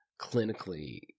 clinically